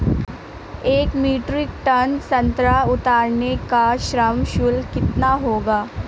एक metric ton संतरा उतारने का श्रम शुल्क कितना होगा?